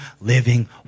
living